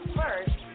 first